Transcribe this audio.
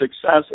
success